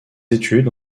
études